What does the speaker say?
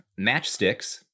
Matchsticks